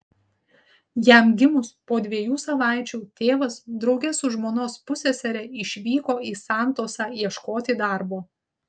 jam gimus po dviejų savaičių tėvas drauge su žmonos pussesere išvyko į santosą ieškoti darbo